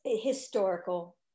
historical